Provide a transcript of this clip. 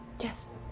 Yes